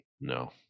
no